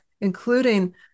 including